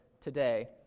today